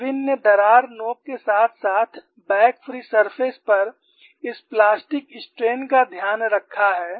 Irwin ने दरार नोक के साथ साथ बैक फ्री सरफेस पर इस प्लास्टिक स्ट्रेन का ध्यान रखा है